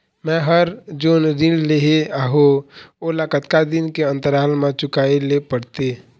मैं हर जोन ऋण लेहे हाओ ओला कतका दिन के अंतराल मा चुकाए ले पड़ते?